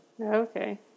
Okay